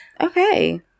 Okay